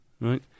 right